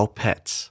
pets